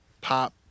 pop